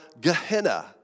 Gehenna